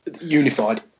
unified